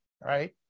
right